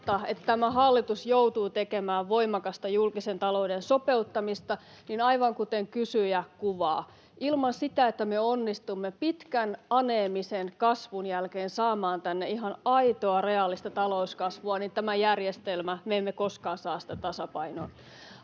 tämä hallitus joutuu tekemään voimakasta julkisen talouden sopeuttamista, niin aivan kuten kysyjä kuvaa, ilman sitä, että me onnistumme pitkän aneemisen kasvun jälkeen saamaan tänne ihan aitoa, reaalista talouskasvua, me emme koskaan saa tätä